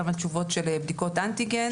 גל על תשובות של בדיקות אנטיגן.